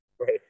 Right